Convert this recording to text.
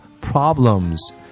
problems